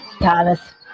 Thomas